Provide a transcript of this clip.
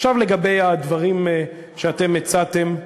עכשיו לגבי הדברים שאתם הצעתם.